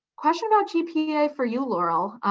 question about gpa for you, laurel,